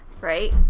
Right